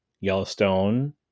yellowstone